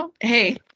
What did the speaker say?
hey